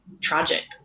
tragic